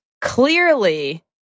clearly